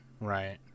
Right